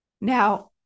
Now